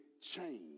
change